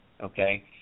okay